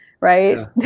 right